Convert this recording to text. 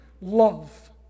love